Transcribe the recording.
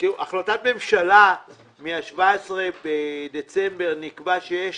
בהחלטת הממשלה מה-17 בדצמבר נקבע שיש